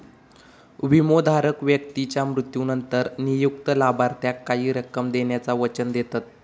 विमोधारक व्यक्तीच्या मृत्यूनंतर नियुक्त लाभार्थाक काही रक्कम देण्याचा वचन देतत